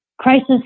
crisis